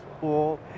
pool